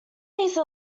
these